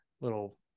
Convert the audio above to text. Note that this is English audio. little